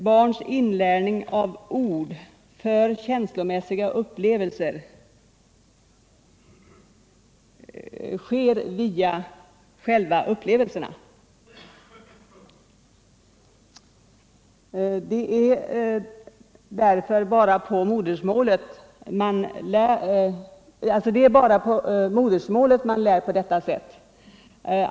Barnens inlärning av ord för känslomässiga upplevelser sker via själva upplevelserna. Det är bara modersmålet man lär på detta sätt.